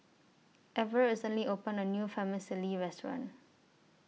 Everet recently opened A New Restaurant